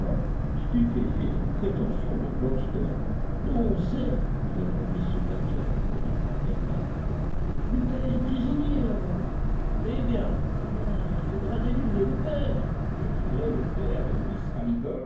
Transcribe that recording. stupéfait des prétentions de crockston non certes répondit ce dernier en prenant un air narquois le père est prisonnier là-bas eh bien eh bien il faudra délivrer le père délivrer le père de miss